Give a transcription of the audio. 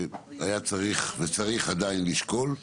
שהיה צריך וצריך עדיין לשקול,